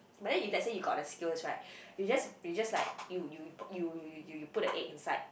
but then let's say if you got the skills right you just you just like you you put you you you you put the egg inside